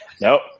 Nope